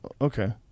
Okay